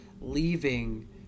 leaving